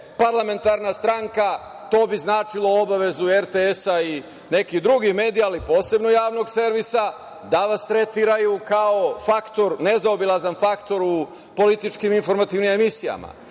parlamentarna stranka, to bi značilo obavezu RTS-a ili nekih drugih medija, a posebno javnog servisa, da vas tretiraju kao nezaobilazan faktor u političkim informativnim emisijama,